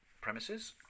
premises